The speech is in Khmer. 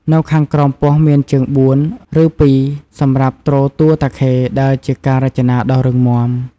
នៅខាងក្រោមពោះមានជើងបួន ឬពីរសម្រាប់ទ្រតួតាខេ ដែលជាការរចនាដ៏រឹងមាំ។